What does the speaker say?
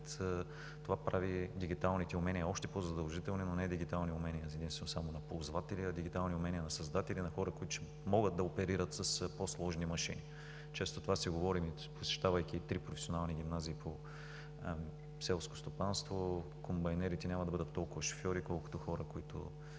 Това прави дигиталните умения още по-задължителни, но не дигитални умения единствено само на ползвателя, а дигитални умения на създатели, на хора, които ще могат да оперират с по-сложни машини. Често това си говорим, посещавайки три професионални гимназии по селско стопанство. Комбайнерите няма да бъдат толкова шофьори, колкото хора, които